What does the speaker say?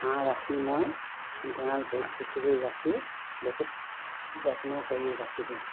হাঁহ ৰাখি মই গঁড়াল পৰিষ্কাৰ কৰি ৰাখি বহুত যত্ন কৰি ৰাখি দিওঁ